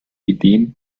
ideen